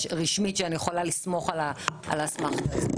רשמית שאני יכולה לסמוך על האסמכתה הזאת.